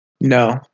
No